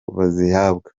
bazihabwa